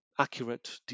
accurate